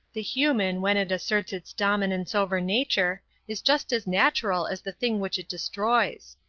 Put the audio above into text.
the human when it asserts its dominance over nature is just as natural as the thing which it destroys.